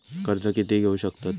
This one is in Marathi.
कर्ज कीती घेऊ शकतत?